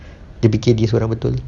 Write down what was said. dia fikir diri seorang betul